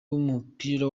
w’umupira